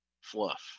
fluff